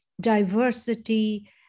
diversity